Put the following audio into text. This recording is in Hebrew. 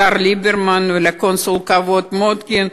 השר ליברמן, ולקונסול הכבוד, מוטקין,